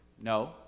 No